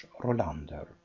Rolander